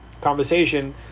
conversation